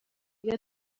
iyo